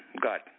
Got